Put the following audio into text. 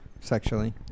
Sexually